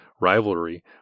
rivalry